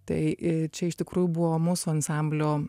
tai čia iš tikrųjų buvo mūsų ansamblio